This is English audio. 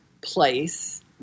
place